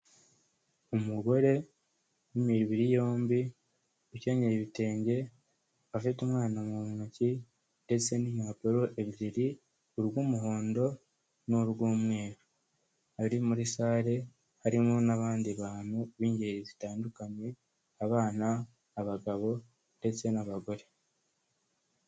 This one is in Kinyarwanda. Umugore w'imibiri yombi ukenyeye ibitenge afite umwana mu ntoki ndetse n'impapuro ebyiri urw'umuhondo n'urw'umweru, ari muri salle harimo n'abandi bantu b'ingeri zitandukanye abana, abagabo ndetse n'abagore.